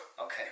Okay